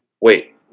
Wait